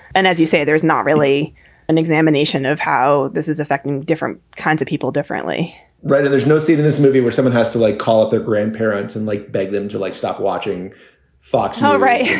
and as you say, there's not really an examination of how this is affecting different kinds of people differently right. there's no scene in this movie where someone has to, like, call up their grandparents and like beg them to, like, stop watching fox. all right.